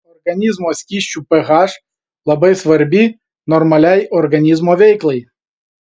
organizmo skysčių ph labai svarbi normaliai organizmo veiklai